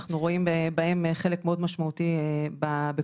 אנחנו רואים בהם חלק מאוד משמעותי בכל